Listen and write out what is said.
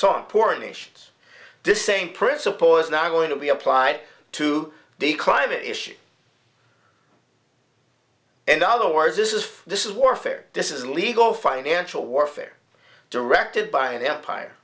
song poorer nations this same principle is now going to be applied to the climate issue and other words this is this is warfare this is legal financial warfare directed by the empire